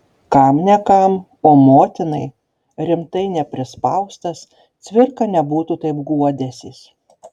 kam ne kam o motinai rimtai neprispaustas cvirka nebūtų taip guodęsis